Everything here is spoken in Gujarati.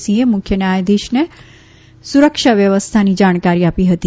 સિહે મુખ્ય ન્યાયાધીશને સુરક્ષા વ્યવસ્થાની જાણકારી આપી હતી